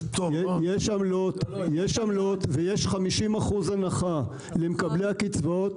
יש עמלות ויש 50 אחוזי הנחה למקבלי הקצבאות.